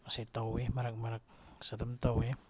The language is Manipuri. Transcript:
ꯃꯁꯤ ꯇꯧꯏ ꯃꯔꯛ ꯃꯔꯛꯁꯨ ꯑꯗꯨꯝ ꯇꯧꯏ